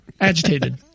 agitated